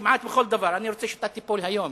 כמעט בכל דבר אני רוצה שאתה תיפול היום,